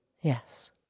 Yes